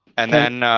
and then,